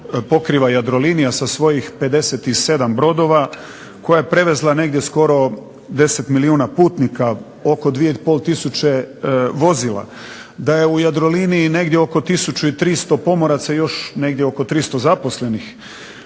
pokriva Jadrolinija sa svojih 57 brodova, koja je prevezla negdje skoro 10 milijuna putnika, oko 2 i pol tisuće vozila, da je u Jadroliniji negdje oko tisuću i 300 pomoraca i još negdje oko 300 zaposlenih,